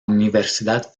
universidad